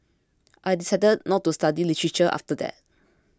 I decided not to study literature after that